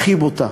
הכי בוטה.